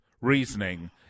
reasoning